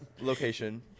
location